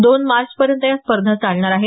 दोन मार्च पर्यंत या स्पर्धा चालणार आहेत